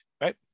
right